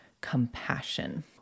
compassion